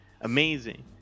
amazing